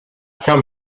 come